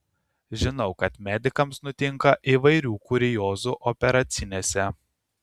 žinau kad medikams nutinka įvairių kuriozų operacinėse